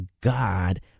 God